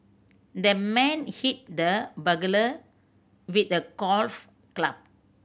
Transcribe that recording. the man hit the burglar with a golf club